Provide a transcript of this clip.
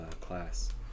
class